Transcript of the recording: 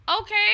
okay